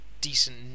decent